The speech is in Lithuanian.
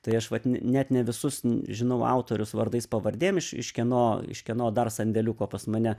tai aš vat net ne visus žinau autorius vardais pavardėm iš iš kieno iš kieno dar sandėliuko pas mane